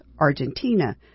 Argentina